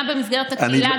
גם במסגרת הקהילה,